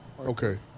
Okay